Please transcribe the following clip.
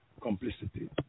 complicity